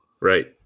Right